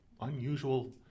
unusual